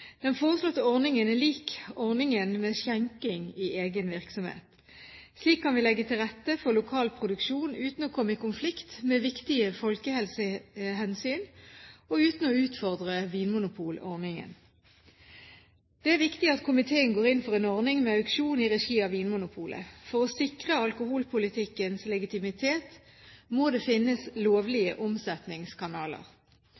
Den foreslåtte ordningen er lik ordningen med skjenking i egen virksomhet. Slik kan vi legge til rette for lokal produksjon uten å komme i konflikt med viktige folkehelsehensyn og uten å utfordre vinmonopolordningen. Det er viktig at komiteen går inn for en ordning med auksjon i regi av Vinmonopolet. For å sikre alkoholpolitikkens legitimitet må det finnes